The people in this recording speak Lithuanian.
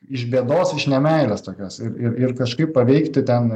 iš bėdos iš nemeilės tokios ir ir ir kažkaip paveikti ten